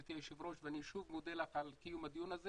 גברתי היושבת-ראש ואני שוב מודה לך על קיום הדיון הזה